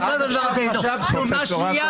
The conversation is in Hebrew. --- לא,